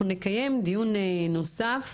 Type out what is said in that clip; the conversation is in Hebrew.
אנחנו נקיים דיון נוסף,